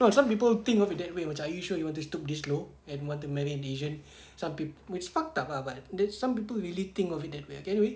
no some people think of it that way macam are you sure you want to stoop this low and want to marry asian some people which fucked up lah but then some people really think of it that way I can do it